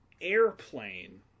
airplane